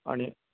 आनी